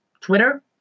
Twitter